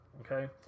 okay